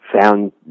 found